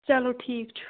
چلو ٹھیٖک چھُ